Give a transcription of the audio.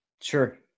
sure